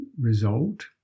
result